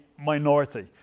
minority